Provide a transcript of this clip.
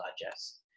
digest